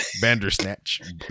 Bandersnatch